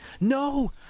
No